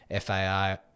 FAI